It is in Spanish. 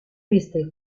viste